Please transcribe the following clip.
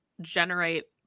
generate